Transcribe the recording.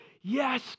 yes